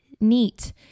neat